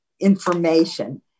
information